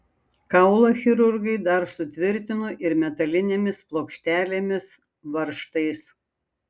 kaulą chirurgai dar sutvirtino ir metalinėmis plokštelėmis varžtais